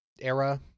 era